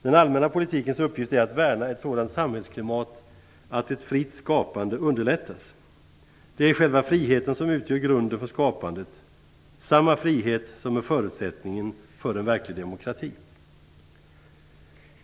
Den allmänna politikens uppgift är att värna ett sådant samhällsklimat att ett fritt skapande underlättas. Det är själva friheten som utgör grunden för skapandet, samma frihet som är förutsättningen för en verklig demokrati.